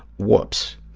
whoops.